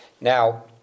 Now